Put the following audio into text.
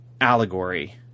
allegory